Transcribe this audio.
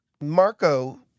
Marco